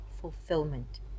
fulfillment